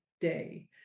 day